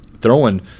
throwing